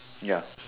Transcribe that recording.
ya